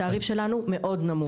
התעריף שלנו מאוד נמוך.